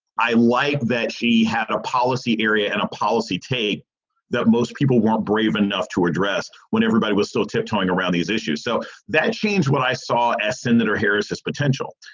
i like that she had a policy area and a policy tape that most people weren't brave enough to address when everybody was still tiptoeing around these issues. so that changed what i saw as senator harris's potential,